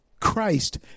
Christ